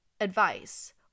advice